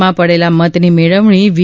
માં પડેલા મતની મેળવણી વી